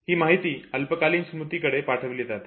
ही माहिती अल्पकालीन स्मृती कडे पाठवली जाते